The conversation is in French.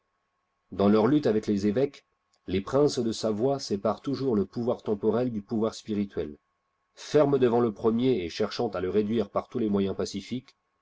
dans leurs luttes avec les évêques les princes de savoie séparent toujours le pouvoir temporel du pouvoir spirituel fermes devant le premier et cherchant à le réduire par tous les moyens pacifiques